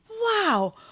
wow